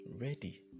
ready